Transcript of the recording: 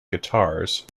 guitars